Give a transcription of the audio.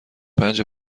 پنج